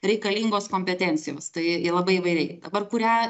reikalingos kompetencijos tai labai įvairiai dabar kurią